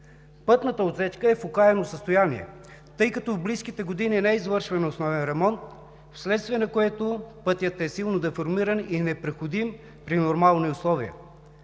Пътната отсечка е в окаяно състояние, тъй като в близките години не е извършван основен ремонт, вследствие на което пътят е силно деформиран и непроходим при нормални условия.